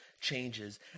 changes